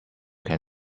can